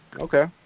Okay